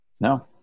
No